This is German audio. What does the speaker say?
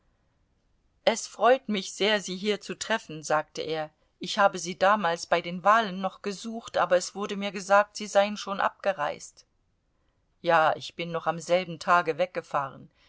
es freut mich sehr sie hier zu treffen sagte er ich habe sie damals bei den wahlen noch gesucht aber es wurde mir gesagt sie seien schon abgereist ja ich bin noch am selben tage weggefahren